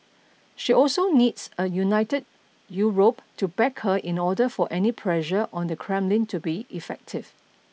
she also needs a united Europe to back her in order for any pressure on the Kremlin to be effective